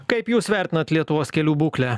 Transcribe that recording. kaip jūs vertinat lietuvos kelių būklę